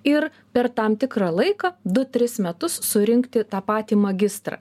ir per tam tikrą laiką du tris metus surinkti tą patį magistrą